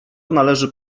należy